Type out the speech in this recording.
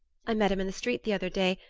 i met him in the street the other day,